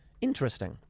interesting